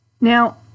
Now